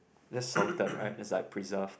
that's salted right it's like preserved